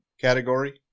category